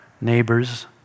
neighbors